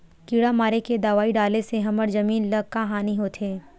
किड़ा मारे के दवाई डाले से हमर जमीन ल का हानि होथे?